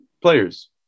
players